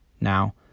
Now